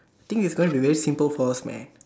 I think it's going to be very simple for us man